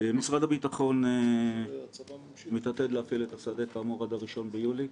משרד הביטחון מתעתד להפעיל את השדה כאמור עד ה-1 ביולי.